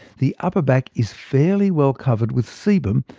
the upper back is fairly well covered with sebum,